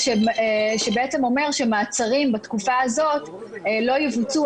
שאומר שמעצרים בתקופה הזאת לא יבוצעו,